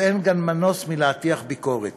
אין מנוס גם מלהטיח ביקורת.